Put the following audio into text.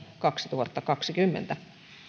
kaksituhattakaksikymmentä